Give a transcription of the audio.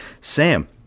Sam